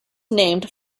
named